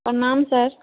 प्रणाम सर